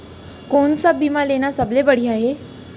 कोन स बीमा लेना सबले बढ़िया हे?